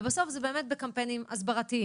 ובסוף זה באמת בקמפיינים הסברתיים,